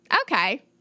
Okay